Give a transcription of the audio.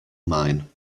mine